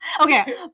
Okay